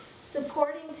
supporting